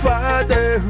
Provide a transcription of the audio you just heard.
Father